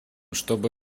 чтобы